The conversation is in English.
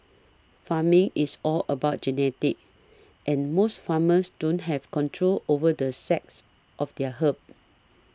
farming is all about genetics and most farmers don't have control over the sex of their herd